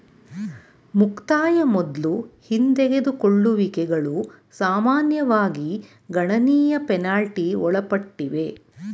ಮುಕ್ತಾಯ ಮೊದ್ಲು ಹಿಂದೆಗೆದುಕೊಳ್ಳುವಿಕೆಗಳು ಸಾಮಾನ್ಯವಾಗಿ ಗಣನೀಯ ಪೆನಾಲ್ಟಿ ಒಳಪಟ್ಟಿವೆ